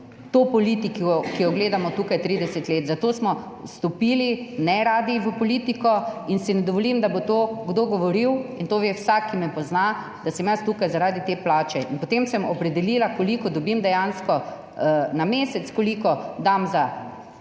to politiko, ki jo gledamo tukaj 30 let. Zato smo vstopili, neradi, v politiko in si ne dovolim, da bo kdo govoril, in to ve vsak, ki me pozna, da sem jaz tukaj zaradi te plače. In potem sem opredelila, koliko dobim dejansko na mesec, koliko dam za